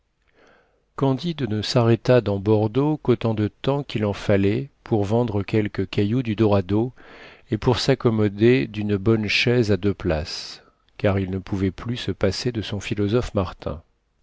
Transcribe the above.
candide ne s'arrêta dans bordeaux qu'autant de temps qu'il en fallait pour vendre quelques cailloux du dorado et pour s'accommoder d'une bonne chaise à deux places car il ne pouvait plus se passer de son philosophe martin